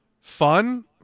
fun